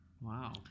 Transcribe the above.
Wow